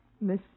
Miss